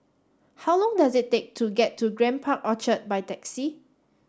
how long does it take to get to Grand Park Orchard by taxi